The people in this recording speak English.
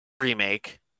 remake